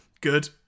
good